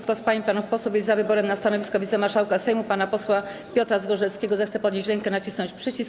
Kto z pań i panów posłów jest za wyborem na stanowisko wicemarszałka Sejmu pana posła Piotra Zgorzelskiego, zechce podnieść rękę i nacisnąć przycisk.